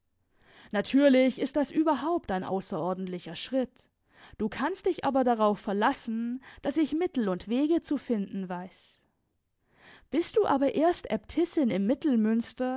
natürlich ist das überhaupt ein außerordentlicher schritt du kannst dich aber darauf verlassen daß ich mittel und wege zu finden weiß bist du aber erst äbtissin im